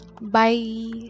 bye